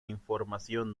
información